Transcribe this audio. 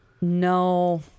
No